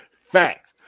Facts